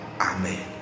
Amen